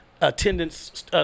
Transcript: Attendance